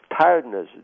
tiredness